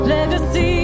Legacy